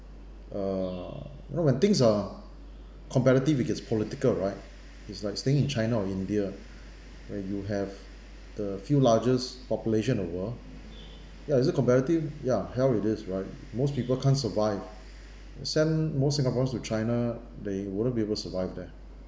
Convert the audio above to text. uh you know when things are competitive it gets political right it's like staying in china or india where you have the few largest population in the world ya is it competitive ya hell it is right most people can't survive you send most singaporean to china they wouldn't be able survive there